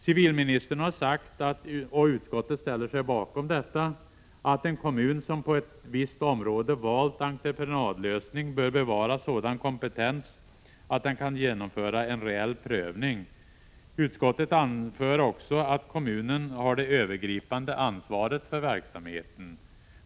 Civilministern har sagt — och utskottet ställer sig bakom detta — att en kommun som på ett visst område valt en entreprenadlösning bör bevara sådan kompetens att den kan genomföra en reell prövning. Utskottet anför också att kommunen har det övergripande ansvaret för verksamheten.